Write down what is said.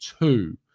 two